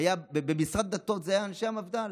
ובמשרד הדתות היו אנשי המפד"ל,